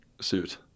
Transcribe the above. suit